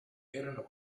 erano